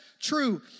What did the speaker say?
true